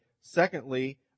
Secondly